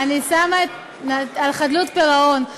על חדלות פירעון.